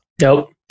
Nope